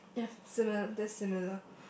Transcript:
yes similar that's similar